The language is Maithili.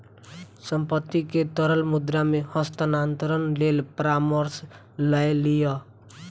संपत्ति के तरल मुद्रा मे हस्तांतरणक लेल परामर्श लय लिअ